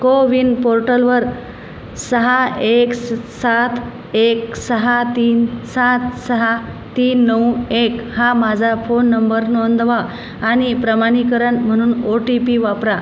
कोविन पोर्टलवर सहा एक स सात एक सहा तीन सात सहा तीन नऊ एक हा माझा फोन नंबर नोंदवा आणि प्रमाणीकरण म्हणून ओ टी पी वापरा